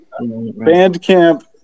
Bandcamp